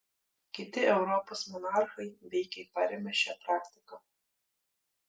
kiti europos monarchai veikiai perėmė šią praktiką